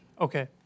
Okay